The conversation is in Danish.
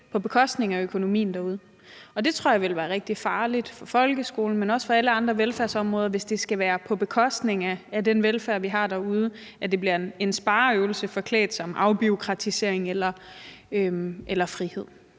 på bekostning af økonomien derude. Jeg tror, det vil være rigtig farligt for folkeskolen, men også for alle andre velfærdsområder, hvis det skal være på bekostning af den velfærd, vi har derude, og det bliver en spareøvelse forklædt som afbureaukratisering eller frihed.